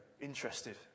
interested